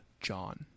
John